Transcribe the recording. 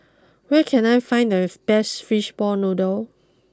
where can I find the best Fishball Noodle